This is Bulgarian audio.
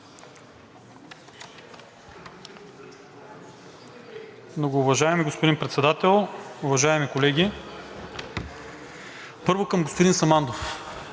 Многоуважаеми господин Председател, уважаеми колеги! Първо, към господин Самандов.